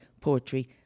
poetry